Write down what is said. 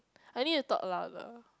I need to talk louder